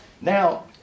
Now